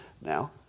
Now